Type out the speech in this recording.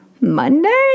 Monday